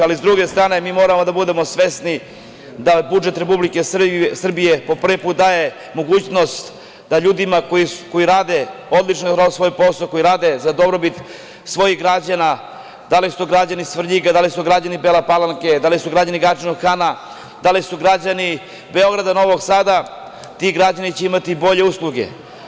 Ali, sa druge strane, moramo da budemo svesni da budžet Republike Srbije po prvi put daje mogućnost da ljudima koji rade odlično svoj posao, koji rade za dobrobit svojih građana, da li su to građani Svrljiga, da li su građani Bele Palanke, da li su građani Gadžinog Hana, da li su građani Beograda, Novog Sada, ti građani će imati bolje usluge.